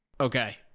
Okay